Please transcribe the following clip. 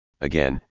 again